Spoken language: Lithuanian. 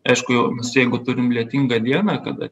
aišku jeigu turim lietingą dieną kada